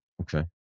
Okay